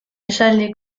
esaldi